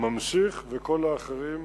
ממשיך, וכל האחרים,